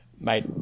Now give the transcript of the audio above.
mate